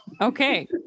Okay